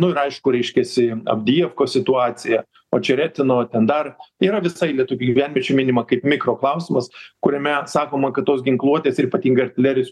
nu ir aišku reiškiasi abdijevkos situacija očeretino ten dar yra visa eilė tų gyvenviečių minima kaip mikroklausimas kuriame sakoma kad tos ginkluotės ir ypatingai artilerijos